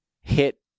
hit